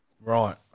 Right